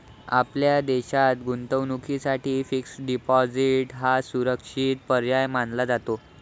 आपल्या देशात गुंतवणुकीसाठी फिक्स्ड डिपॉजिट हा सुरक्षित पर्याय मानला जातो